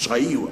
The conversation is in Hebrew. הוא אמר.